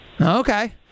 Okay